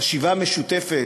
חשיבה משותפת,